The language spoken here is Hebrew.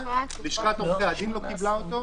לשכת עורכי הדין לא קיבלה אותו.